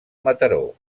mataró